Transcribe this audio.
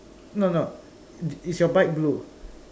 no no is your bike blue